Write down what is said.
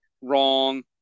wrong